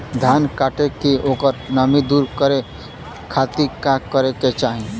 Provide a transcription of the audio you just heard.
धान कांटेके ओकर नमी दूर करे खाती का करे के चाही?